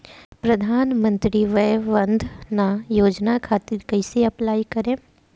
प्रधानमंत्री वय वन्द ना योजना खातिर कइसे अप्लाई करेम?